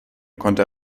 konnte